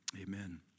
Amen